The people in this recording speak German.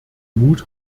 mut